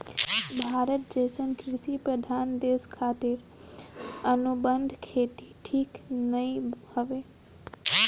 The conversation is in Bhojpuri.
भारत जइसन कृषि प्रधान देश खातिर अनुबंध खेती ठीक नाइ हवे